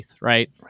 right